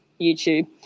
YouTube